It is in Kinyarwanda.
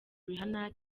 rihanna